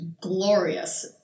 glorious